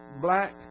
black